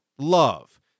love